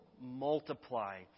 multiply